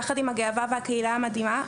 יחד עם הגאווה והקהילה המדהימה,